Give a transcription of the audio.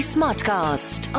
Smartcast